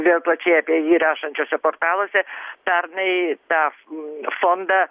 vėl plačiai apie jį rašančiuose portaluose pernai tą fondą